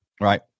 Right